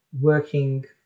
working